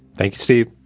thank you, steve.